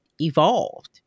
evolved